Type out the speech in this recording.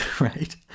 right